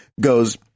goes